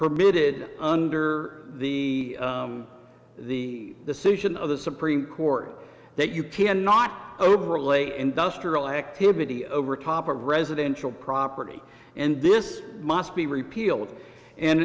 permitted under the the decision of the supreme court that you cannot oberl industrial activity over top of residential property and this must be repealed and